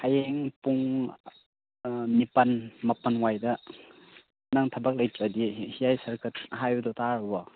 ꯍꯌꯦꯡ ꯄꯨꯡ ꯅꯤꯄꯥꯜ ꯃꯥꯄꯜ ꯋꯥꯏꯗ ꯅꯪ ꯊꯕꯛ ꯂꯩꯇꯔꯗꯤ ꯍꯤꯌꯥꯏ ꯁꯥꯔꯀ꯭ꯌꯨꯠ ꯍꯥꯏꯕꯗꯨ ꯇꯥꯔꯕꯣ